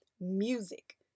music